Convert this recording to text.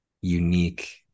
unique